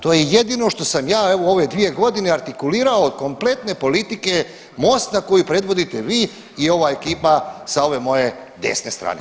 To je jedino što sam ja, evo, u ove dvije godine artikulirao od kompletne politike Mosta koji predvodite vi i ova ekipa sa ove moje desne strane.